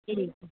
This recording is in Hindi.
ये लीजिए